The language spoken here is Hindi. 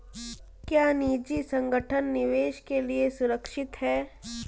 क्या निजी संगठन निवेश के लिए सुरक्षित हैं?